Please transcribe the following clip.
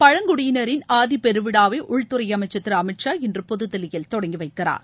பழங்குடியினரின் ஆதி பெருவிழாவை உள்துறை அமைச்சர் திரு அமித்ஷா இன்று புதுதில்லியில் தொடங்கி வைக்கிறார்